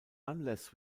unless